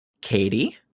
Katie